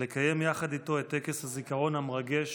ולקיים יחד איתו את טקס הזיכרון המרגש